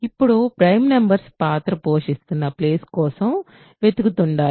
ఇప్పుడు prime numbers పాత్ర పోషిస్తున్న ప్లేస్ కోసం వెతుకుతుండాలి